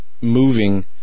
moving